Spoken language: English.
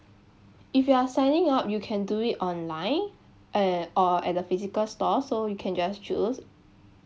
if you are signing up you can do it online and or at the physical store so you can just choose